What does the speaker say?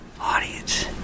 audience